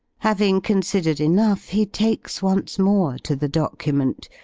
having considered enough, he takes once more to the document,